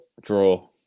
Draw